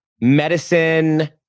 Medicine